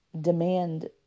demand